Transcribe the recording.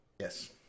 Yes